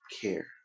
care